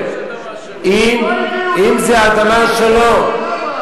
מה זה "אדמה שלו"?